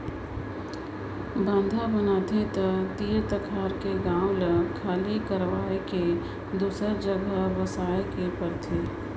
बांधा बनाथे त तीर तखार के गांव ल खाली करवाये के दूसर जघा बसाए के परथे